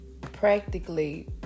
practically